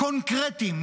קונקרטיים,